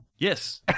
Yes